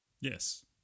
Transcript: Yes